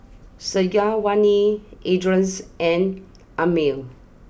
Syazwani Idris and Ammir